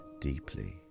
Deeply